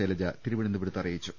ശൈലജ തിരു വനന്തപുരത്ത് അറിയിച്ചു